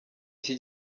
iki